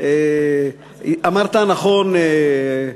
אמרת נכון,